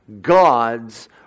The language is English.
God's